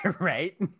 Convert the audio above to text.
right